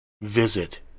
visit